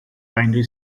binary